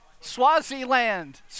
Swaziland